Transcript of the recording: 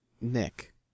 nick